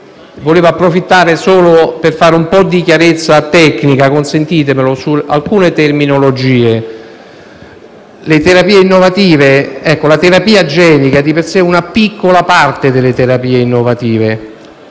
Volevo qui approfittare solo per fare un po' di chiarezza tecnica - consentitemelo - su alcune terminologie. La terapia genica è di per sé una piccola parte delle terapie innovative.